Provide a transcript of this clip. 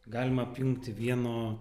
galima apjungti vieno